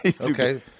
Okay